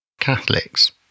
Catholics